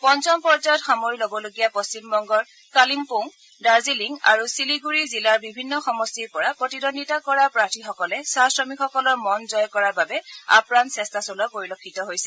পঞ্চম পৰ্য্যায়ত সামৰি ল'বলগীয়া পশ্চিমবঙ্গৰ কালিমপোং দাৰ্জিলিং আৰু শিলিগুৰি জিলাৰ বিভিন্ন সমষ্টিৰ পৰা প্ৰতিদ্বন্দ্বিতা কৰা প্ৰাৰ্থীসকলে চাহ শ্ৰমিকসকলৰ মন জয় কৰাৰ বাবে আপ্ৰাণ চলোৱা পৰিলক্ষিত হৈছে